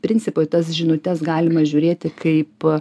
principo į tas žinutes galima žiūrėti kaip